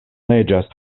neĝas